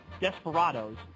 desperados